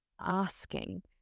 asking